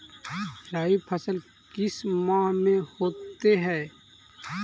रवि फसल किस माह में होते हैं?